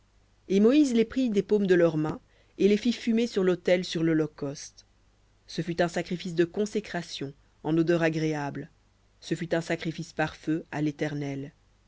et moïse les prit des paumes de leurs mains et les fit fumer sur l'autel sur l'holocauste ce fut un sacrifice de consécration en odeur agréable ce fut un sacrifice par feu à l'éternel